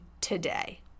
today